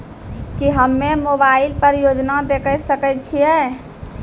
की हम्मे मोबाइल पर योजना देखय सकय छियै?